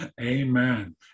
Amen